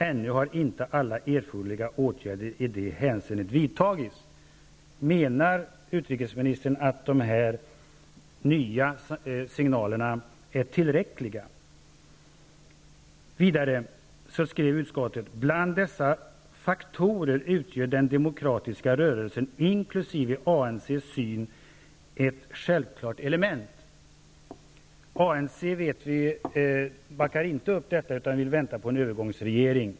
Ännu har inte alla erforderliga åtgärder i det hänseendet vidtagits.'' Menar utrikesministern att dessa nya signaler är tillräckliga? Vidare skrev utskottet: ''Bland dessa faktorer utgör den demokratiska rörelsens inkl. ANCs syn ett självklart element.'' Vi vet att ANC inte backar upp detta, utan vill vänta på en övergångsregering.